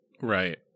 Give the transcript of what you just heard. Right